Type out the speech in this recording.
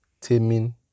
taming